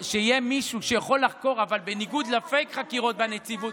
שיהיה מישהו שיכול לחקור אבל בניגוד לפייק-חקירות בנציבות,